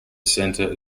center